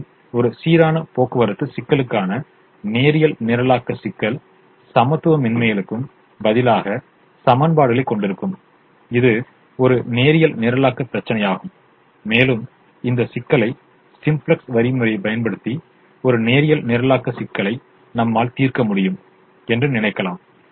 எனவே ஒரு சீரான போக்குவரத்து சிக்கலுக்கான நேரியல் நிரலாக்க சிக்கல் சமத்துவமின்மைகளுக்கு பதிலாக சமன்பாடுகளைக் கொண்டிருக்கும் இது ஒரு நேரியல் நிரலாக்கப் பிரச்சினையாகும் மேலும் இந்த சிக்கலை சிம்ப்ளக்ஸ் வழிமுறையைப் பயன்படுத்தி ஒரு நேரியல் நிரலாக்க சிக்கலை நம்மால் தீர்க்க முடியும் என்று நினைக்கலாம்